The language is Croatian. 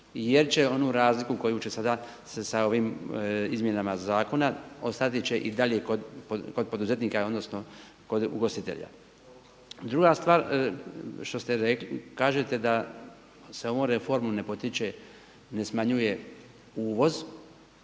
jer će onu razliku koju će sada se sa ovim izmjenama zakona ostati će i dalje kod poduzetnika odnosno kod ugostitelja. Druga stvar što ste rekli, kažete da se ovom reformom ne potiče, ne smanjuje uvoz